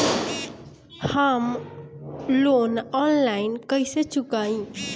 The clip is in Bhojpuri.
हम लोन आनलाइन कइसे चुकाई?